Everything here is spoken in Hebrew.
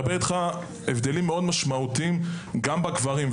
ההבדלים מאוד ניכרים גם בקבוצות הגברים.